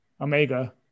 Omega